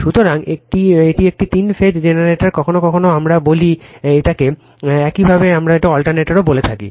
সুতরাং এটি একটি তিন ফেজ জেনারেটর কখনও কখনও আমরা এটিকে বলি একইভাবে আমরা এটিকে অল্টারনেটর বলি